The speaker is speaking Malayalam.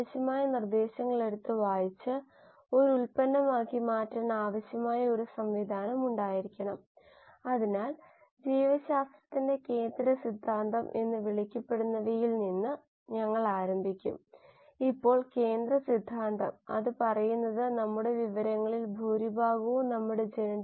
ചില ഉപരിതല തലത്തിലുള്ള ധാരണകളുണ്ട് പക്ഷേ ഒരു പരിധിവരെ അത് മനസ്സിലാകുന്നില്ല കൂടാതെ ബയോറിയാക്ടർ എൻവയോൺമെന്റ് മാനദണ്ഡങ്ങൾ ഓപ്പറേഷൻ ലെവൽ വരെ പരിമിതപ്പെടുത്തി